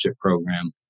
program